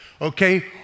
okay